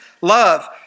love